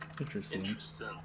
Interesting